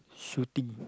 shooting